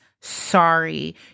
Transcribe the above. sorry